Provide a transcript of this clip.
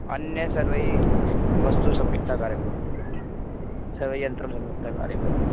अन्यानि सर्वाणि वस्तूनि सम्यक्तया कार्यं करोति सर्वाणि यन्त्राणि सम्यक्तया कार्यं करोति